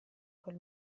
quel